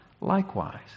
likewise